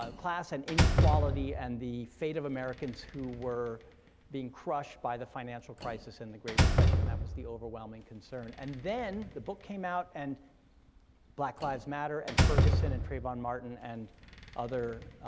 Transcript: um class and inequality, and the fate of americans who were being crushed by the financial crisis and the great recession, that was the overwhelming concern. and then the book came out and black lives matter, and ferguson, and trayvon martin, and other